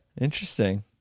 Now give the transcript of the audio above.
interesting